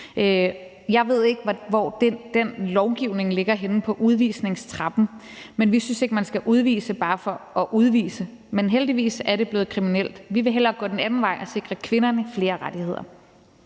Jeg ved ikke, hvor den lovgivning ligger henne på udvisningstrappen, men vi synes ikke, man skal udvise bare for at udvise. Men heldigvis er det blevet kriminelt. Vi vil hellere gå den anden vej og sikre kvinderne flere rettigheder.